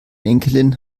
enkelin